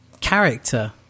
character